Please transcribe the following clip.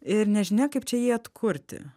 ir nežinia kaip čia jį atkurti